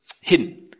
hidden